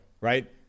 Right